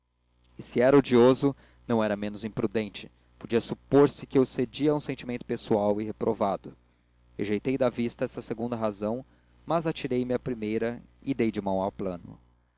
se era odioso não era menos imprudente podia supor se que eu cedia a um sentimento pessoal e reprovado rejeitei da vista esta segunda razão mas atirei-me à primeira e dei de mão ao plano